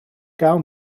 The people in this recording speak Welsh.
gael